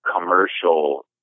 commercial